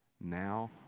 Now